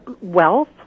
wealth